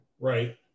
right